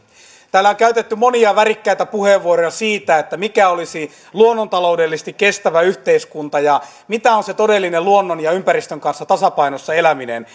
täällä on käytetty monia värikkäitä puheenvuoroja siitä mikä olisi luonnontaloudellisesti kestävä yhteiskunta ja mitä on se todellinen luonnon ja ympäristön kanssa tasapainossa eläminen